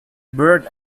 byrd